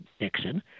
Nixon